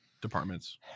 departments